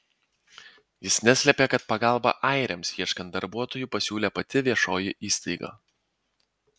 jis neslėpė kad pagalbą airiams ieškant darbuotojų pasiūlė pati viešoji įstaiga